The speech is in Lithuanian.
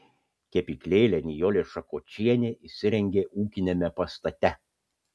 kepyklėlę nijolė šakočienė įsirengė ūkiniame pastate